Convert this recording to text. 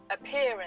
appearance